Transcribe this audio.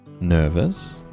Nervous